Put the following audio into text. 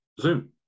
Zoom